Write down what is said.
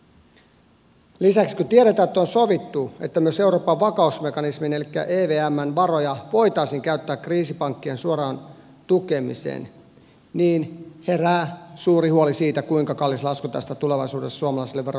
kun lisäksi tiedetään että on sovittu että myös euroopan vakausmekanismin elikkä evmn varoja voitaisiin käyttää kriisipankkien suoraan tukemiseen niin herää suuri huoli siitä kuinka kallis lasku tästä tulevaisuudessa suomalaisille veronmaksajille tulee